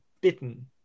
bitten